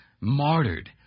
martyred